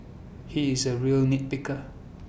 he is A real nit picker